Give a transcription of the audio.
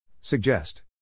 Suggest